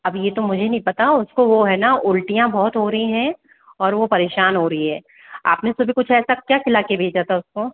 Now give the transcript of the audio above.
अब ये तो मुझे नहीं पता उसको वो है ना उल्टियाँ बहुत हो रही है और वो परेशान हो रही है आपने सुबह कुछ ऐसा क्या खिला के भेजा था उसको